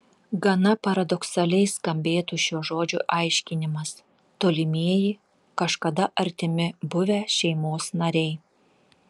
gana paradoksaliai skambėtų šio žodžio aiškinimas tolimieji kažkada artimi buvę šeimos nariai